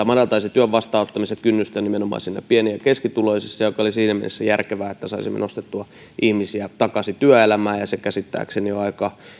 madaltaisi työn vastaanottamisen kynnystä nimenomaan pieni ja keskituloisilla mikä olisi siinä mielessä järkevää että saisimme nostettua ihmisiä takaisin työelämään se käsittääkseni on aika